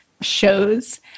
shows